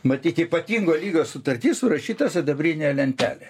matyt ypatingo lygio sutarty surašyta sidabrinė lentelė